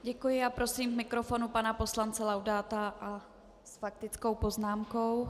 Děkuji a prosím k mikrofonu pana poslance Laudáta s faktickou poznámkou.